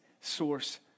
source